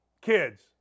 kids